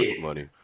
money